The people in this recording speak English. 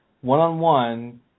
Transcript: one-on-one